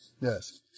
Yes